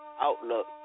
outlook